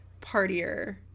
partier